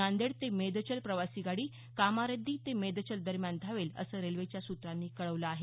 नांदेड ते मेदचल प्रवासी गाडी कामारेद्दी ते मेदचल दरम्यान धावेल असं रेल्वेच्या सूत्रांनी कळवलं आहे